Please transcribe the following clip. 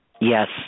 Yes